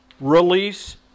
release